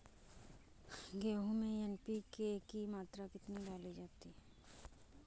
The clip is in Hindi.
गेहूँ में एन.पी.के की मात्रा कितनी डाली जाती है?